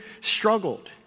struggled